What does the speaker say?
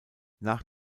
nach